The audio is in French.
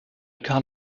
carl